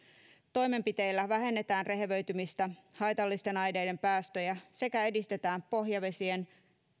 toimenpiteillä vähennetään rehevöitymistä ja haitallisten aineiden päästöjä sekä edistetään pohjavesien